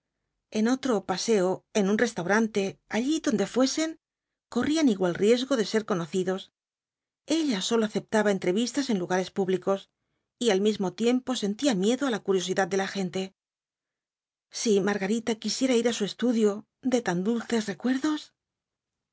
en otro paseo en un restaurant allí donde fuesen corrían igual riesgo de ser conocidos ella sólo aceptaba entrevistas en lugares públicos y al mismo tiempo sentía miedo á la curiosidad de la gente si margarita quisiera ir á su estudio de tan dulces recuerdos